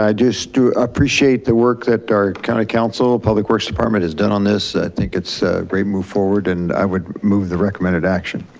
i do so do appreciate the work that our county kind of counsel, public works department has done on this, i think it's a great move forward and i would move the recommended action.